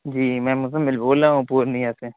جی میں مزمل بول رہا ہوں پورنیہ سے